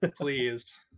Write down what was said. Please